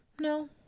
No